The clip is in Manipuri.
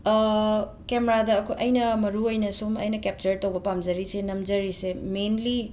ꯀꯦꯃꯔꯥꯗ ꯑꯈꯣꯏ ꯑꯩꯅ ꯃꯔꯨꯑꯣꯏꯅ ꯁꯨꯝ ꯑꯩꯅ ꯀꯦꯞꯆꯔ ꯇꯧꯕ ꯄꯥꯝꯖꯔꯤꯁꯦ ꯅꯝꯖꯔꯤꯁꯦ ꯃꯦꯟꯂꯤ